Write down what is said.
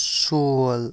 Seoul